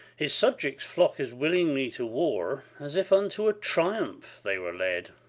his subjects flock as willingly to war, as if unto a triumph they were led.